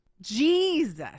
Jesus